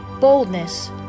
boldness